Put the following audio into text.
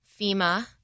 FEMA